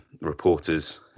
reporters